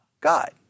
God